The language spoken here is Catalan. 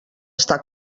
està